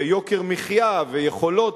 ויוקר מחיה, ויכולות,